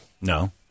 No